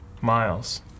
Miles